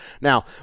Now